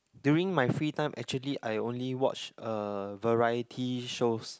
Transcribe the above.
during my free time actually I only watch uh variety shows